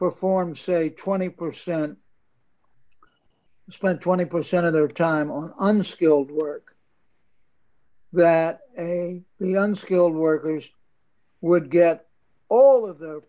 performed say twenty percent spent twenty percent of their time on unskilled work that a the unskilled workers would get all of the